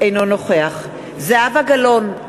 אינו נוכח זהבה גלאון,